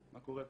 מה קורה פה?